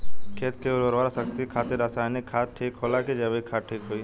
खेत के उरवरा शक्ति खातिर रसायानिक खाद ठीक होला कि जैविक़ ठीक होई?